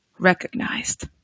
Recognized